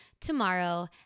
tomorrow